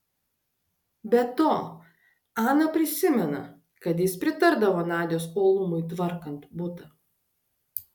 be to ana prisimena kad jis pritardavo nadios uolumui tvarkant butą